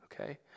okay